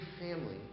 family